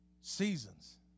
Seasons